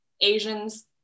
Asians